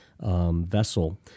vessel